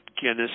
Guinness